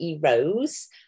Rose